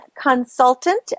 consultant